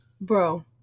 bro